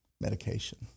medication